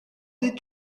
did